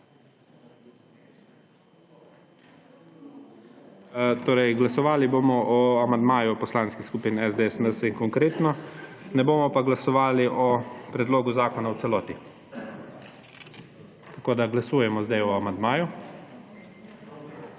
Torej, glasovali bomo o amandmaju poslanskih skupin SDS, NSi, Konkretno, ne bomo pa glasovali o predlogu zakona v celoti. Tako glasujemo zdaj o amandmaju.